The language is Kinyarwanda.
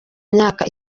myaka